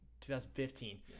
2015